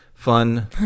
fun